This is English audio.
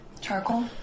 Charcoal